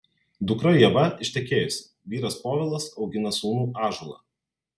dukra ieva ištekėjusi vyras povilas augina sūnų ąžuolą